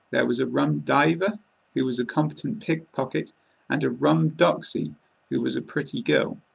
there was a rum diver who was a competent pickpocket and a rum doxy who was a pretty girl.